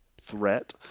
threat